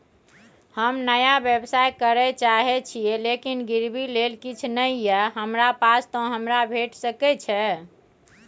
हम नया व्यवसाय करै चाहे छिये लेकिन गिरवी ले किछ नय ये हमरा पास त हमरा भेट सकै छै?